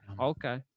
okay